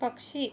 पक्षी